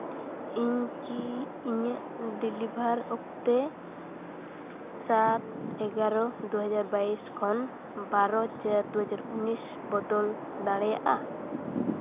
ᱤᱧ ᱠᱤ ᱤᱧᱟᱹᱜ ᱰᱮᱞᱤᱵᱷᱟᱨ ᱚᱠᱛᱮ ᱥᱟᱛ ᱮᱜᱟᱨᱳ ᱫᱩ ᱦᱟᱡᱟᱨ ᱵᱟᱭᱤᱥ ᱠᱷᱚᱱ ᱵᱟᱨᱚ ᱪᱟᱨ ᱫᱩ ᱦᱟᱡᱟᱨ ᱩᱱᱤᱥ ᱵᱚᱫᱚᱞ ᱫᱟᱲᱮᱭᱟᱜᱼᱟ